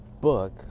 book